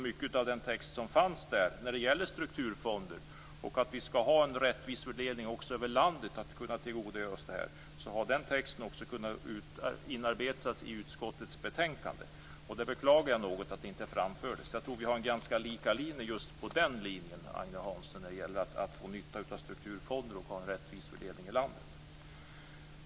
Mycket av den text som fanns om strukturfonder och att vi skall ha en rättvis fördelning så att hela landet kan tillgodogöra sig detta hade kunnat inarbetas i utskottets betänkande. Jag beklagar att det inte framfördes. Jag tror att vår inställning är ganska lika på den linjen, Agne Hansson, när det gäller att få nytta av strukturfonder och att ha en rättvis fördelning i landet.